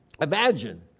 Imagine